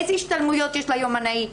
איזה השתלמויות יש ליומנאי,